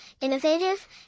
innovative